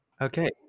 Okay